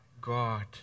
God